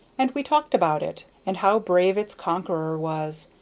and we talked about it, and how brave its conqueror was,